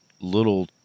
little